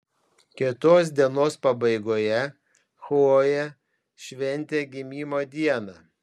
kitos dienos pabaigoje chlojė šventė gimimo dieną